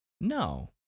No